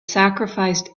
sacrificed